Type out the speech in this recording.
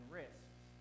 risks